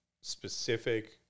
specific